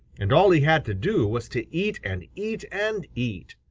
and all he had to do was to eat and eat and eat.